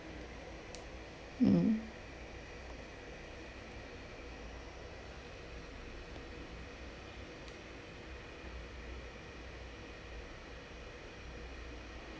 mm